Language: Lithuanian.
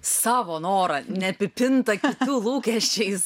savo norą neapipintą kitų lūkesčiais